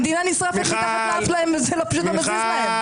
המדינה נשרפת מתחת לאף שלהם וזה לא מזיז להם.